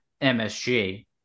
MSG